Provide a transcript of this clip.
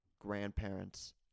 Grandparents